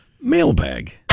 Mailbag